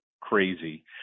crazy